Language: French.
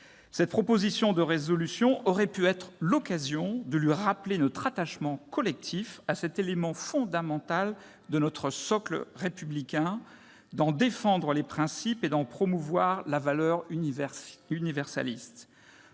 Cette proposition de résolution aurait pu être l'occasion de lui rappeler notre attachement collectif à cet élément fondamental de notre socle républicain, d'en défendre les principes et d'en promouvoir la valeur universaliste.